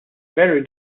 very